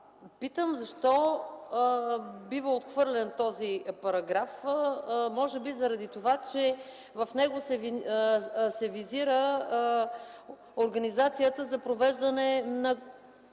Питам защо бива отхвърлен този параграф? Може би заради това, че в него се визира организацията за провеждане на